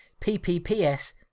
ppps